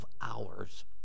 hours